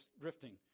drifting